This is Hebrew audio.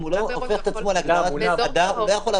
אם הוא לא הופך את עצמו להגדרת אולם, הוא לא יכול.